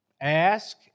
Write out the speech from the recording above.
Ask